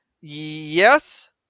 yes